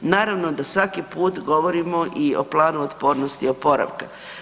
Naravno da svaki put govorimo i o planu otpornosti i oporavka.